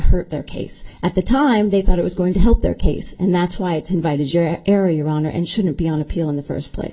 hurt their case at the time they thought it was going to help their case and that's why it's invited your area your honor and shouldn't be on appeal in the first place